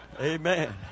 Amen